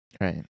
Right